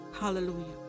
Hallelujah